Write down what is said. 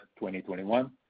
2021